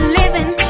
living